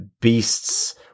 beasts